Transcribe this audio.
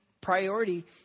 priority